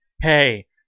Hey